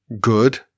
good